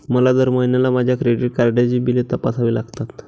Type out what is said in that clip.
मला दर महिन्याला माझ्या क्रेडिट कार्डची बिले तपासावी लागतात